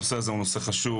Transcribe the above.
הנושא הזה הוא נושא חשוב,